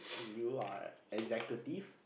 you are executive